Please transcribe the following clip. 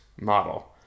model